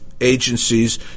agencies